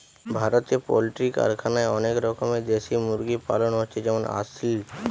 ভারতে পোল্ট্রি কারখানায় অনেক রকমের দেশি মুরগি পালন হচ্ছে যেমন আসিল